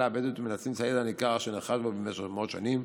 הבדואית ומנצלים את הידע הניכר שנרכש בה במשך מאות שנים.